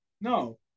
no